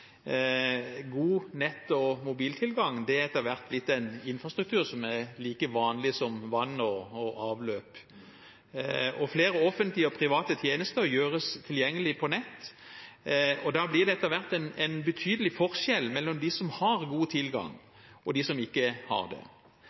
God nett- og mobiltilgang er etter hvert blitt en infrastruktur som er like vanlig som vann og avløp. Flere offentlige og private tjenester gjøres tilgjengelig på nett, og da blir det etter hvert en betydelig forskjell mellom dem som har god tilgang, og dem som ikke har det.